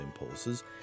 impulses